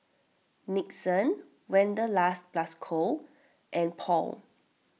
Nixon Wanderlust Plus Co and Paul